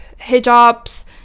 hijabs